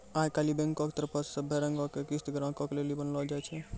आई काल्हि बैंको के तरफो से सभै रंगो के किस्त ग्राहको लेली बनैलो जाय छै